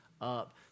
up